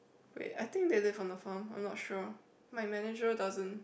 wait I think they live on the farm I'm not sure my manager doesn't